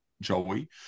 Joey